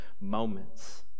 moments